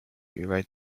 rewrite